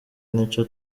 nicyo